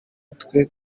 mutwe